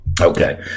Okay